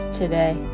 today